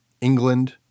England